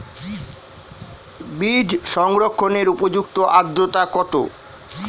বীজ সংরক্ষণের উপযুক্ত আদ্রতা কত?